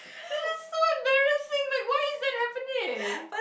but it's so embarrassing like why is that happening